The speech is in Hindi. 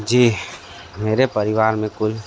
जी मेरे परिवार में कुल